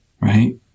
right